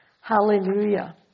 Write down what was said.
Hallelujah